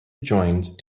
joined